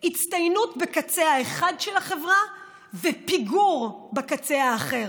הצטיינות בקצה האחד של החברה ופיגור בקצה האחר.